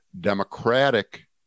Democratic